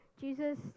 Jesus